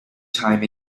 time